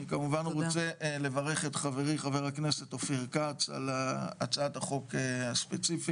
אני כמובן רוצה לברך את חברי חבר הכנסת אופיר כץ על הצעת החוק הספציפית